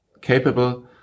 capable